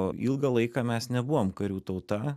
o ilgą laiką mes nebuvom karių tauta